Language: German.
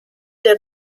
der